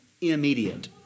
immediate